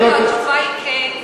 התשובה היא כן,